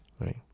right